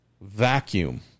vacuum